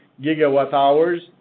gigawatt-hours